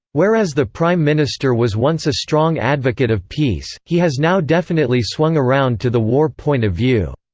whereas the prime minister was once a strong advocate of peace, he has now definitely swung around to the war point of view.